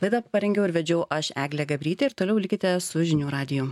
laidą parengiau ir vedžiau aš eglė gabrytė ir toliau likite su žinių radiju